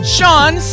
Sean